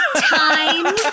time